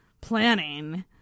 planning